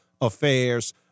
affairs